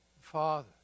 father